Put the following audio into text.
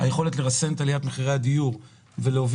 היכולת לרסן את עליית מחירי הדיור ולהביא